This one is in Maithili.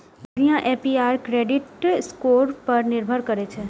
बढ़िया ए.पी.आर क्रेडिट स्कोर पर निर्भर करै छै